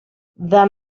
then